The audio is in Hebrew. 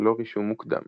ללא רישום מוקדם.